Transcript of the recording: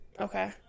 Okay